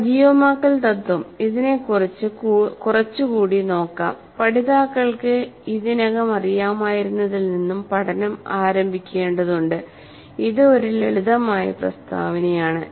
സജീവമാക്കൽ തത്വം ഇതിനെക്കുറിച്ച് കുറച്ചുകൂടി നോക്കാം പഠിതാക്കൾക്ക് ഇതിനകം അറിയാമായിരുന്നതിൽ നിന്നും പഠനം ആരംഭിക്കേണ്ടതുണ്ട് ഇത് ഒരു ലളിതമായ പ്രസ്താവനയാണ്